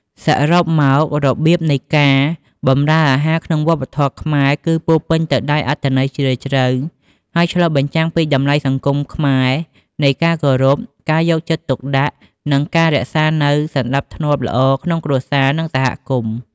សរុបមក របៀបនៃការបម្រើអាហារក្នុងវប្បធម៌ខ្មែរគឺពោរពេញទៅដោយអត្ថន័យជ្រាលជ្រៅ ហើយឆ្លុះបញ្ចាំងពីតម្លៃសង្គមខ្មែរនៃការគោរព ការយកចិត្តទុកដាក់ និងការរក្សានូវសណ្តាប់ធ្នាប់ល្អក្នុងគ្រួសារ និងសហគមន៍។